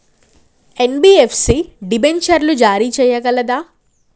NBFC డిబెంచర్లు జారీ చేయగలదా?